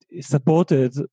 supported